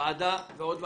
ועדה ועוד ועדה?